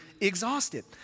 exhausted